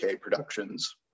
productions